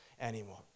anymore